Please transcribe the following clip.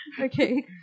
Okay